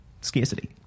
scarcity